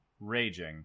raging